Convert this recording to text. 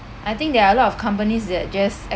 I think there are a lot of companies that just